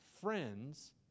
friends